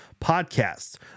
podcasts